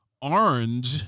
orange